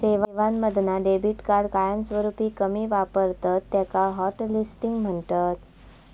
सेवांमधना debit card कायमस्वरूपी कमी वापरतत त्याका हॉटलिस्टिंग म्हणतत